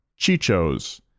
chichos